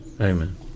amen